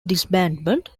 disbandment